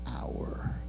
hour